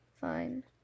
Fine